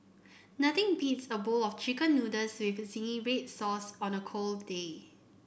nothing beats a bowl of chicken noodles with zingy red sauce on a cold day